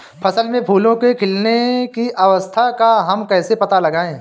फसल में फूलों के खिलने की अवस्था का हम कैसे पता लगाएं?